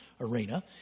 arena